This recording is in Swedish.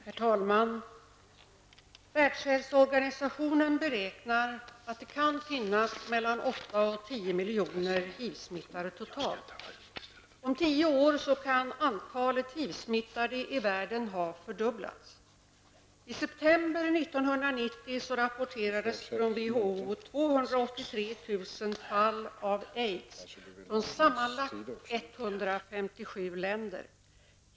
Herr talman! Världshälsoorganisationen beräknar att det kan finnas mellan 8 och 10 miljoner HIV smittade totalt. Om 10 år kan antalet HIV-smittade i världen ha fördubblats. I september 1990 rapporterades från WHO 283 000 fall av aids från sammanlagt 157 länder.